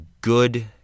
good